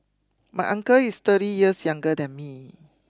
my uncle is thirty years younger than me